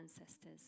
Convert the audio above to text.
ancestors